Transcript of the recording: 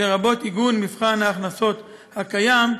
לרבות עיגון מבחן ההכנסות הקיים,